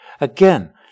Again